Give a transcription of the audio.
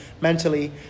mentally